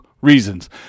reasons